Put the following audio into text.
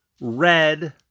red